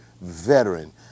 veteran